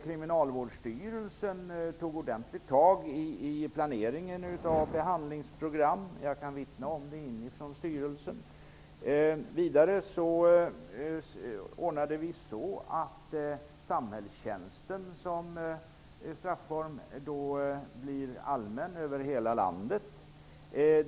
Kriminalvårdsstyrelsen tog ordentligt tag i planeringen av behandlingsprogram. Jag kan vittna om det inifrån styrelsen. Vidare har vi ordnat att samhällstjänsten som strafform blir allmän över hela landet.